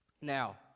Now